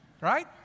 Right